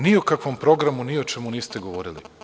Ni o kakvom programu, ni o čemu niste govorili.